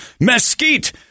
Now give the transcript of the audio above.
mesquite